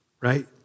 right